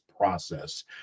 process